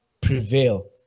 prevail